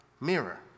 mirror